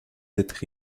être